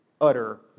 utter